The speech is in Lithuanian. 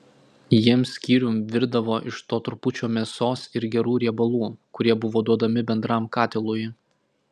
jiems skyrium virdavo iš to trupučio mėsos ir gerų riebalų kurie buvo duodami bendram katilui